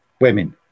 women